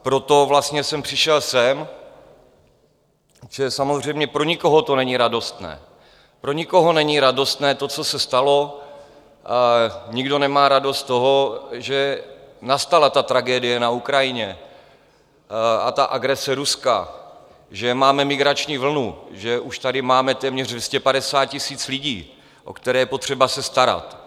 Proto jsem přišel sem, protože samozřejmě pro nikoho to není radostné, pro nikoho není radostné to, co se stalo, nikdo nemá radost z toho, že nastala ta tragédie na Ukrajině a ta agrese Ruska, že máme migrační vlnu, že už tady máme téměř 250 000 lidí, o které je potřeba se starat.